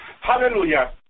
hallelujah